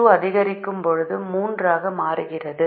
X2 அதிகரிக்கும் போது 3 ஆக மாறுகிறது